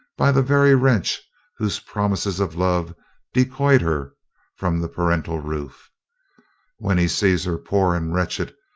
by the very wretch whose promises of love decoyed her from the paternal roof when he sees her poor and wretched,